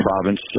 province